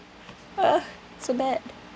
ugh so bad